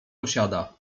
posiada